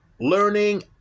learning